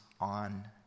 on